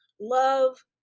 love